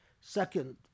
Second